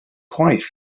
chwaith